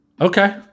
Okay